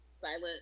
silent